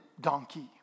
donkey